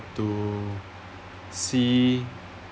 to see